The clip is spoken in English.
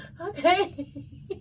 Okay